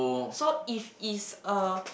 so if is a